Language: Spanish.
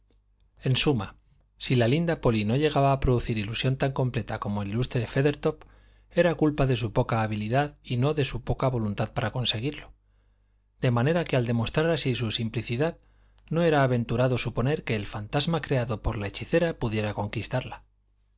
en suma si la linda polly no llegaba a producir ilusión tan completa como el ilustre feathertop era culpa de su poca habilidad y no de su poca voluntad para conseguirlo de manera que al demostrar así su simplicidad no era aventurado suponer que el fantasma creado por la hechicera pudiera conquistarla